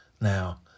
now